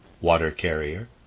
water-carrier